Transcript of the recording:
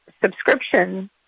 subscription